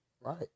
Right